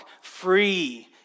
free